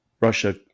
Russia